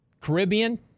Caribbean